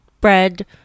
bread